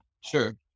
Sure